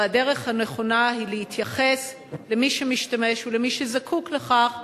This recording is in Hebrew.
והדרך הנכונה היא להתייחס למי שמשתמש ולמי שזקוק לכך